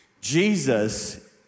Jesus